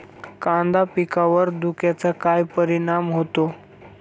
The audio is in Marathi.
कांदा पिकावर धुक्याचा काय परिणाम होतो?